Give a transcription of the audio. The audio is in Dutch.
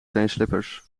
teenslippers